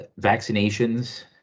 vaccinations